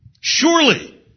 surely